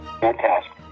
Fantastic